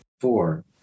four